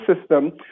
system